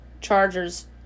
Chargers